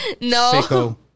No